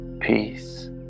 peace